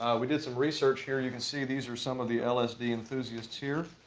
we did some research here you can see these are some of the lsd enthusiasts here,